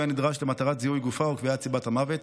הנדרש למטרת זיהוי גופה או קביעת סיבת המוות.